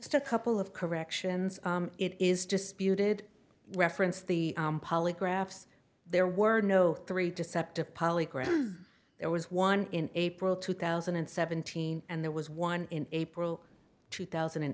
a couple of corrections it is disputed reference the polygraphs there were no three deceptive polygraph there was one in april two thousand and seventeen and there was one in april two thousand and